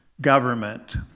government